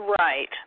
Right